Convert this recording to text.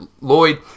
Lloyd